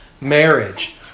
marriage